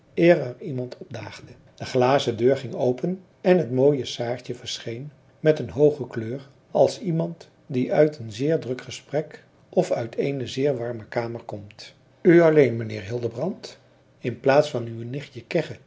eer er iemand opdaagde de glazen deur ging open en het mooie saartje verscheen met een hooge kleur als iemand die uit een zeer druk gesprek of uit eene zeer warme kamer komt u alleen mijnheer hildebrand in plaats van uw nichtje kegge